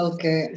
Okay